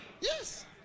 Yes